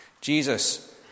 Jesus